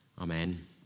Amen